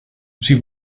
sie